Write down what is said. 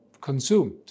consumed